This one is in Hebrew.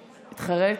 הוא התחרט.